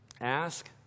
Ask